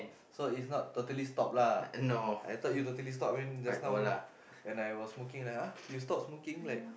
so is not totally lah I thought you totally stop when just now I was smoking then I like !huh! you stop smoking then I